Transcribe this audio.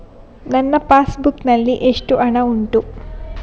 ನನ್ನ passbook ನಲ್ಲಿ ಎಷ್ಟು ಹಣ ಉಂಟು?